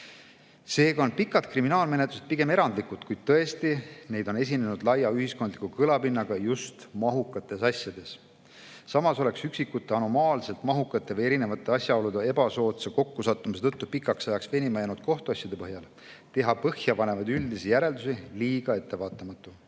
Seega on pikad kriminaalmenetlused pigem erandlikud, kuid tõesti, neid on esinenud laia ühiskondliku kõlapinnaga just mahukates asjades. Samas oleks üksikute anomaalselt mahukate või erinevate asjaolude ebasoodsa kokkusattumise tõttu pikaks ajaks venima jäänud kohtuasjade põhjal põhjapanevate üldiste järelduste tegemine liiga ettevaatamatu.